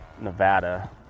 nevada